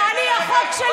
הרי לפני רגע הצבעת נגד.